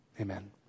Amen